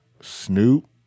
Snoop